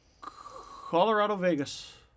Colorado-Vegas